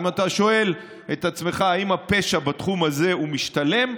אם אתה שואל את עצמך אם הפשע בתחום הזה משתלם,